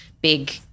big